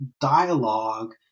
dialogue